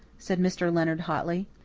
said mr. leonard hotly.